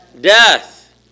Death